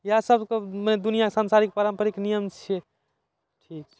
इएह सबके मने दुनिआ सांसारिक पारम्पपरिक नियम छै